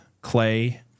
Clay